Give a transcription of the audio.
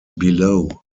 below